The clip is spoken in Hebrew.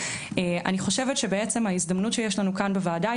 אני חושבת שבעצם ההזדמנות שיש לנו כאן בוועדה הוא